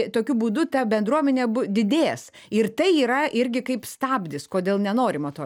tokiu būdu ta bendruomenė bu didės ir tai yra irgi kaip stabdis kodėl nenorima to